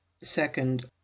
second